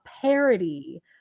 parody